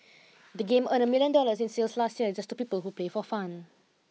the game earned a million dollars in sales last year just to people who play for fun